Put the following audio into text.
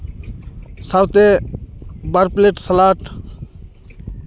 ᱥᱟᱶᱛᱮ ᱵᱟᱨ plate slate